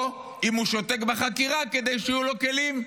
או אם הוא שותק בחקירה כדי שיהיו לו כלים,